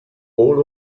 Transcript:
hall